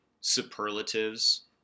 superlatives